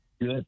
Good